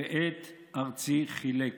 'ואת ארצי חילקו'."